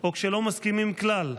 או כשלא מסכימים כלל.